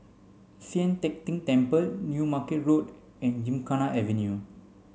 Sian Teck Tng Temple New Market Road and Gymkhana Avenue